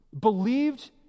believed